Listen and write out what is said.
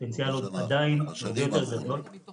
הפוטנציאל עוד עדיין גדול -- בשנים האחרונות.